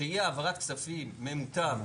שהיא העברת כספים ממוטב,